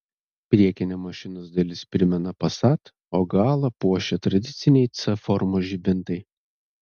priekinė mašinos dalis primena passat o galą puošia tradiciniai c formos žibintai